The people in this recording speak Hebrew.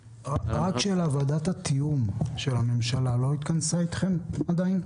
ועדת התיאום של הממשלה לא התכנסה איתכם עדיין?